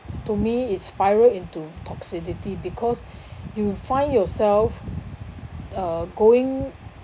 to me it spiral into toxicity because you find yourself uh going